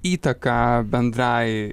įtaką bendrai